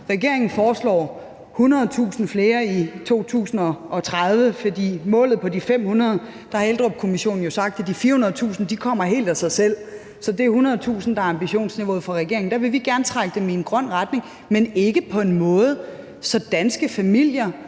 regeringen foreslår 100.000 flere i 2030, for i forbindelse med målet på de 500.000 har Eldrupkommissionen jo sagt, at de 400.000 kommer helt af sig selv, og så er det 100.000, der er ambitionsniveauet for regeringen. Der vil vi gerne trække dem i en grøn retning, men ikke på en måde, så danske familier